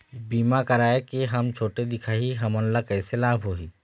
बीमा कराए के हम छोटे दिखाही हमन ला कैसे लाभ होही?